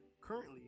currently